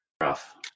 rough